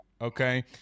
Okay